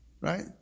Right